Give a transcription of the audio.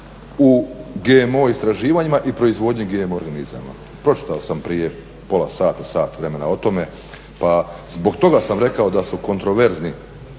u GMO istraživanjima i proizvodnji GMO organizama, pročitao sam prije pola sata, sat vremena o tome pa zbog toga sam rekao da su kontroverzni,